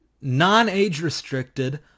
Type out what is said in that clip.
non-age-restricted